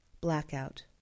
Blackout